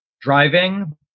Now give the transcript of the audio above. driving